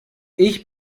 ich